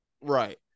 Right